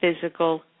physical